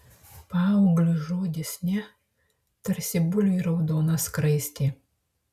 paaugliui žodis ne tarsi buliui raudona skraistė